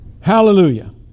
Hallelujah